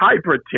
hypertension